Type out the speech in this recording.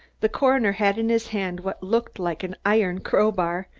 the coroner had in his hand what looked like an iron crow-bar,